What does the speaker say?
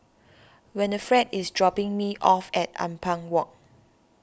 Winnifred is dropping me off at Ampang Walk